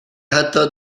حتی